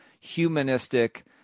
humanistic